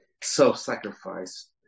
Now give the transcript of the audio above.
self-sacrifice